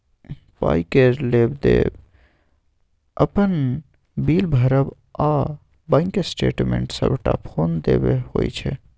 पाइ केर लेब देब, अपन बिल भरब आ बैंक स्टेटमेंट सबटा फोने पर होइ छै